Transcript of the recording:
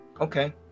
Okay